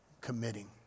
committing